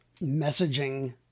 messaging